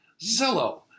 Zillow